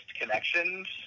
connections